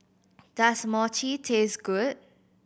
does Mochi taste good